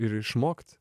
ir išmokt